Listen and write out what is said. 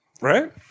Right